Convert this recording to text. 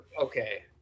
Okay